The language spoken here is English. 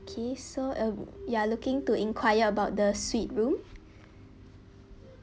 okay so uh you are looking to enquire about the suite room